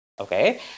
okay